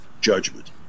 judgment